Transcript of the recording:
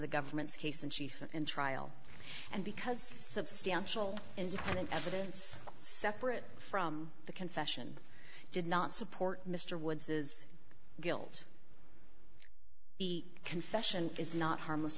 the government's case in chief and trial and because substantial independent evidence separate from the confession did not support mr woods's guilt the confession is not harmless